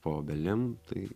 po obelim tai